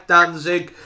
Danzig